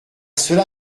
cela